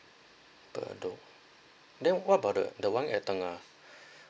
bedok then what about the the one at tengah